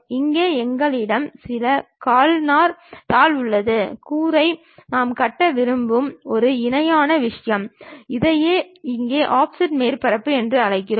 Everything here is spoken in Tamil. இங்கே எங்களிடம் சில கல்நார் தாள் உள்ளது கூரை நாம் கட்ட விரும்பும் ஒரு இணையான விஷயம் அதையே இங்கே ஆஃப்செட் மேற்பரப்புகள் என்றும் அழைக்கிறோம்